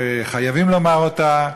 וחייבים לומר אותה,